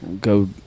go